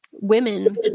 women